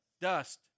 Dust